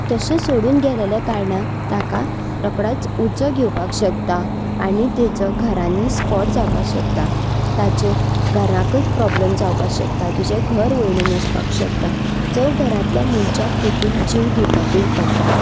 तशें सोडून गेलेल्या कारणान ताका रोकडोच उजो घेवपाक शकता आनी ताजो घरानी स्पॉट जावपा शकता ताजे घराकय प्रॉब्लम जावपा शकता तुजें घर वयणून वसपाक शकता जवं घरातल्या मनशाक तेतून जीव दिवपाकूय पडटा